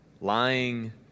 lying